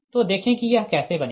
तो देखें कि यह कैसे बनेगा